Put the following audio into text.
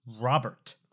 Robert